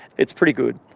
it's pretty good.